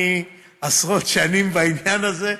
אני עשרות שנים בעניין הזה,